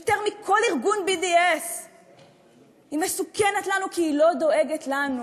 יותר מכל ארגון BDS. היא מסוכנת לנו כי היא לא דואגת לנו,